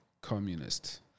communist